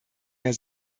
mehr